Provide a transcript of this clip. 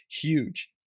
Huge